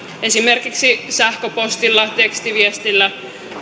esimerkiksi sähköpostilla tekstiviestillä